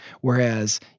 Whereas